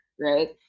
right